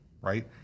right